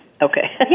Okay